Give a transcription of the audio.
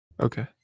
Okay